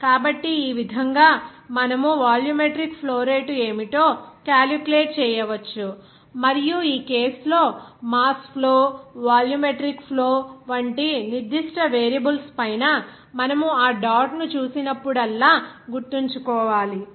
కాబట్టి ఈ విధంగా మనము వాల్యూమెట్రిక్ ఫ్లో రేటు ఏమిటో క్యాలిక్యులేట్ చేయవచ్చు మరియు ఈ కేసు లో మాస్ ఫ్లో వాల్యూమెట్రిక్ ఫ్లో వంటి నిర్దిష్ట వేరియబుల్స్ పైన మనము ఆ డాట్ ను చూసినప్పుడల్లా గుర్తుంచుకోవాలి